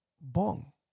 Bong